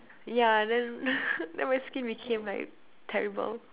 yeah then then my skin became like terrible